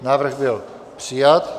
Návrh byl přijat.